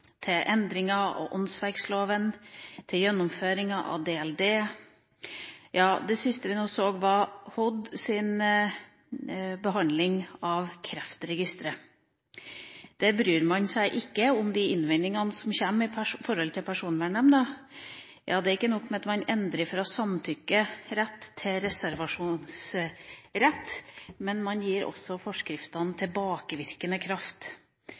til endringer av åndsverksloven og til gjennomføringa av datalagringsdirektivet, DLD. Og det siste vi så, var Helse- og omsorgsdepartementets behandling av Kreftregisteret. Der bryr man seg ikke om de innvendingene som kommer med hensyn til Personvernnemnda. Ikke nok med at man endrer fra samtykkerett til reservasjonsrett; man gir også forskriftene tilbakevirkende kraft.